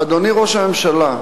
אדוני ראש הממשלה,